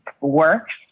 works